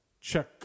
Check